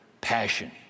Passion